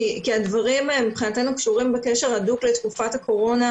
כי הדברים מבחינתנו קשורים בקשר הדוק לתקופת הקורונה,